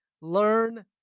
learn